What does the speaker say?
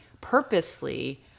purposely